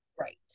Right